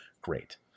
great